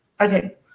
okay